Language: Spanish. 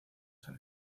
san